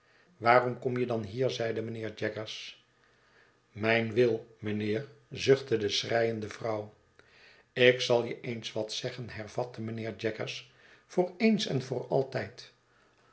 waarom kom je dan hier zeide mynheer jaggers mijn will mynheer zuchtte de schreiende vrouw ik zal je eens wat zeggen hervatte mijnheer jaggers voor eens en voor altijd